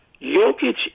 Jokic